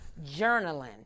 journaling